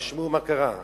תשמעו מה קרה לאחרונה.